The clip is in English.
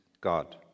God